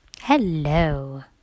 Hello